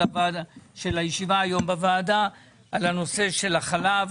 הישיבה היום בוועדה על הנושא של החלב